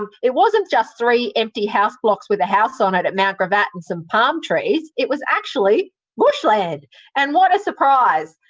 it wasn't just three empty house blocks with a house on it at mount gravatt and some palm trees, it was actually bushland and what a surprise.